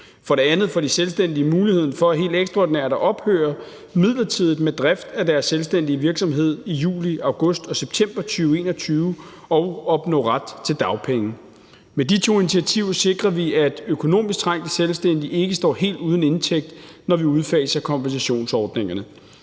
For det andet får de selvstændige muligheden for helt ekstraordinært at ophøre midlertidigt med drift af deres selvstændige virksomhed i juli, august og september 2021 og opnå ret til dagpenge. Med de to initiativer sikrer vi, at økonomisk trængte selvstændige ikke står helt uden indtægt, når vi udfaser kompensationsordningerne.